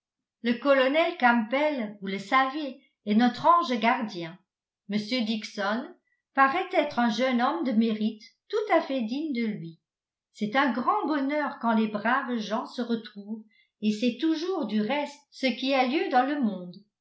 le colonel campbell vous le savez est notre ange gardien m dixon paraît être un jeune homme de mérite tout à fait digne de lui c'est un grand bonheur quand les braves gens se retrouvent et c'est toujours du reste ce qui a lieu dans le monde